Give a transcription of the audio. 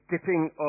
dipping